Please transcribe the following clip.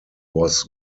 was